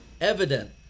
evident